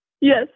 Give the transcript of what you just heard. Yes